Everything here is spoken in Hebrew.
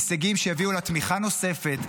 הישגים שיביאו לה תמיכה נוספת,